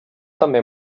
també